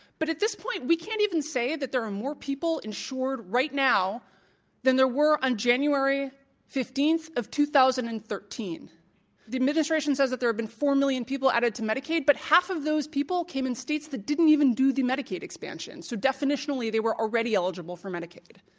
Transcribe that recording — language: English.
but at this point, we can't even say that there are more people insured right now than there were on january fifteen, two thousand and thirteen. we the administration says that there have been four million people added to medicaid, but half of those people came in states that didn't even do the medicaid expansion. so definitionally they were already eligible for medicaid.